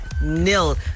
nil